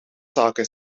zaken